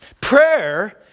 Prayer